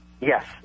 Yes